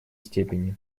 степени